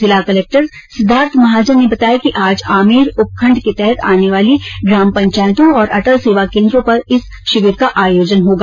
जिला कलक्टर सिद्धार्थ महाजन ने बताया कि आज आमेर उपखण्ड के तहत आने वाली ग्राम पंचायतों और अटल सेवा केन्द्रों पर इस शिविर का आयोजन होगा